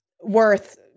worth